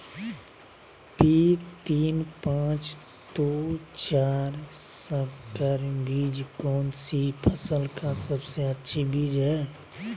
P तीन पांच दू चार संकर बीज कौन सी फसल का सबसे अच्छी बीज है?